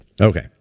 okay